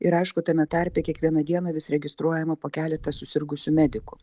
ir aišku tame tarpe kiekvieną dieną vis registruojama po keletą susirgusių medikų